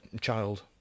child